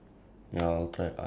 like that ya